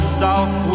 south